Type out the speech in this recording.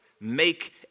make